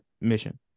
mission